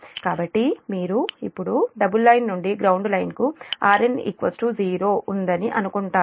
కాబట్టి మీరు ఇప్పుడు డబుల్ లైన్ నుండి గ్రౌండ్ లైన్ కు Rn 0 ఉందని అనుకుంటారు